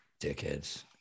Dickheads